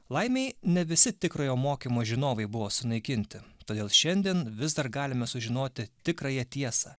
laimei ne visi tikrojo mokymo žinovai buvo sunaikinti todėl šiandien vis dar galime sužinoti tikrąją tiesą